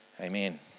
Amen